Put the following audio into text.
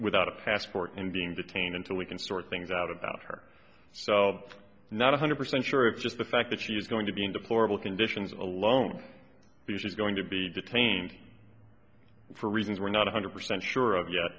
without a passport and being detained until we can sort things out about her so it's not one hundred percent sure it's just the fact that she is going to be in deplorable conditions alone because she's going to be detained for reasons we're not one hundred percent sure of yet